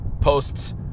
Posts